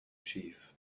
chief